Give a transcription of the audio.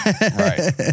Right